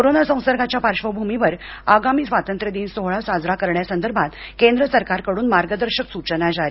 कोरोनासंसर्गाच्या पार्श्वभूमीवर आगामी स्वातंत्र्य दिन सोहळा साजरा करण्यासंदर्भात केंद्र सरकारकडून मार्गदर्शक सूचना जारी